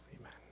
Amen